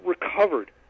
recovered